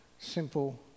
simple